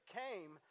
came